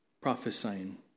prophesying